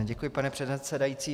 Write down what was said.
Děkuji, pane předsedající.